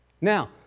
Now